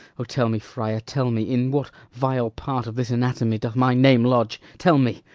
o, tell me, friar, tell me, in what vile part of this anatomy doth my name lodge? tell me,